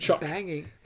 banging